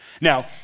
Now